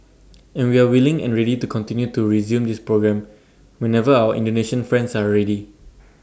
and we are willing and ready to continue to resume this programme whenever our Indonesian friends are ready